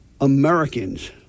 Americans